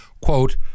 quote